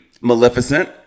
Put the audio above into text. Maleficent